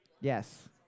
Yes